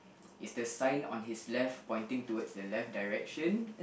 is the sign on his left pointing towards the left direction